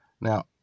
now